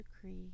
decree